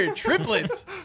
Triplets